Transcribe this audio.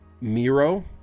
Miro